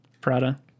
Prada